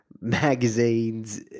magazines